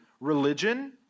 religion